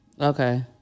Okay